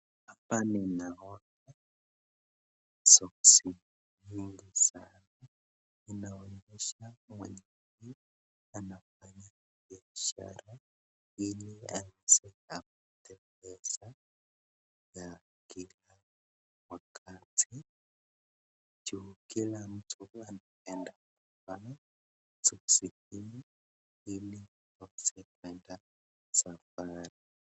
hapa ninaona soksi mbili za anafanya biashara .....yenye... wakati juu kila mtu